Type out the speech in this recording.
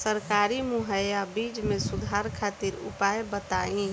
सरकारी मुहैया बीज में सुधार खातिर उपाय बताई?